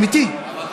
אמיתי.